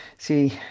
see